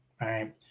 right